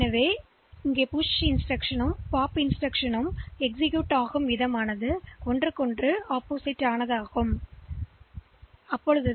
எனவே புஷ் மற்றும் POP வரிசை செயல்படுத்தப்படும்அவை ஒருவருக்கொருவர் எதிர்மாறாக இருக்க வேண்டும் இல்லையெனில் மீட்டெடுக்கும் மதிப்புகள் ஒரே மாதிரியாக இருக்காது